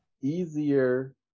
easier